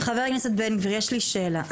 חבר הכנסת בן גביר, יש לי שאלה.